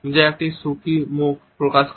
যা একটি সুখী মুখ প্রকাশ করে